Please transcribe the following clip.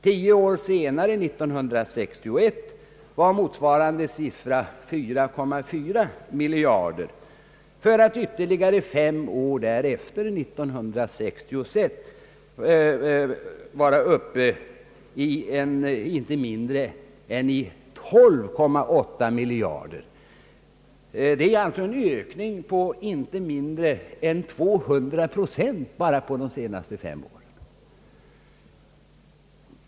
Tio år senare, 1961, var motsvarande siffra 4,4 miljarder kronor för att ytterligare fem år därefter, 1966, vara uppe i inte mindre än 12,8 miljarder kronor. Det är alltså en ökning med 200 procent bara på de senaste fem åren.